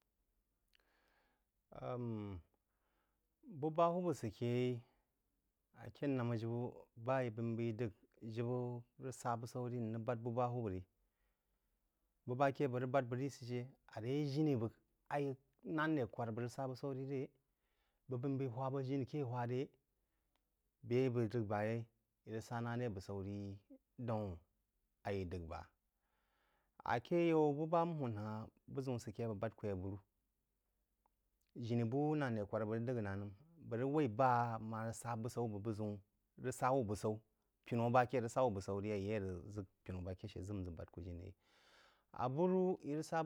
bu ba hwūb sə aké yeí aké namà jibə bá í b’ei n b’ei d’əgh jibə rəg sá bu-saú ri n rəg bǎd bú bá hwūb rí, bū bá ké bəg rəg bād bəg rī sə shə are jiní bəg aí nān ré kwár bəg rəg busaú rí rei, bəg b’eí n b’eí hwāb hō jini ké hwá ré be bəg d’əgh bá yeí í rəg sá rá ré bú saú ri daún a í d’əgh ba ake yaú bú bá n hūm ha-n buʒəun sə ké yeí bəg bād kū abúrú. Jimí bú nān-ré kwār bəg rəg d’əgh ná nəm. Bəg rəg w’ai bá má rəg rəg d’əgh ná nəm. Bəg rəg w’ai bá má rəg sá bú saú bəg buʒəun – rəg sa wú búsaú, pinú ba ke rəg sa wú busaú ri, ayi a rəg ʒək pinú ba ke sə ʒək n ʒək bǎb kū jini rí. Abúrú í rəg sa